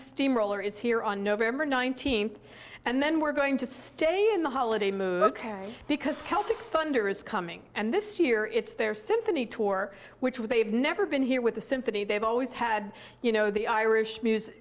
steamroller is here on november nineteenth and then we're going to stay in the holiday mood because celtic thunder is coming and this year it's their symphony tour which will they've never been here with the symphony they've always had you know the irish music